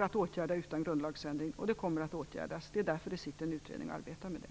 att åtgärda utan grundlagsändring och kommer att åtgärdas. Det är därför det sitter en utredning och arbetar med det.